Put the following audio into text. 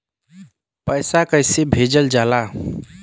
पैसा कैसे भेजल जाला?